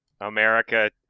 America